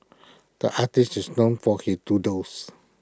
the artist is known for his doodles